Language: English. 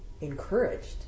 encouraged